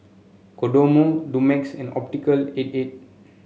Kodomo Dumex and Optical eight eight